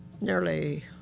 nearly